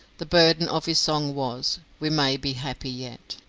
the burden of his song was we may be happy yet.